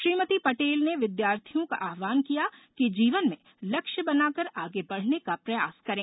श्रीमती पटेल ने विद्यार्थियों का आव्हन किया कि जीवन में लक्ष्य बना कर आगे बढ़ने का प्रयास करें